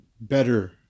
better